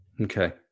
Okay